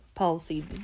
policy